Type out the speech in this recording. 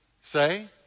say